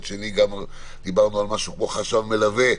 שני גם דיברנו על משהו כמו חשב מלווה,